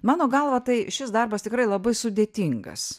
mano galva tai šis darbas tikrai labai sudėtingas